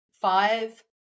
five